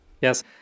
Yes